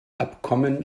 abkommen